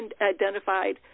identified